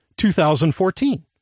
2014